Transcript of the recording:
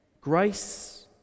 Grace